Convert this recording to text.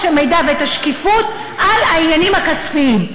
המידע ואת השקיפות על העניינים הכספיים.